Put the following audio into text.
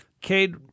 Cade